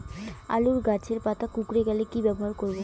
আলুর গাছের পাতা কুকরে গেলে কি ব্যবহার করব?